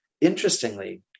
Interestingly